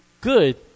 good